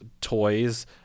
toys